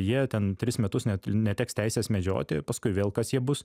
jie ten tris metus net neteks teisės medžioti paskui vėl kas jie bus